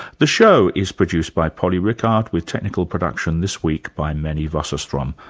the show is produced by polly rickard, with technical production this week by menny wassershtrom.